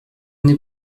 n’ai